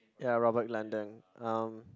ya Robert-Langdon um